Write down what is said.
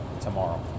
tomorrow